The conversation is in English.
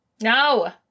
No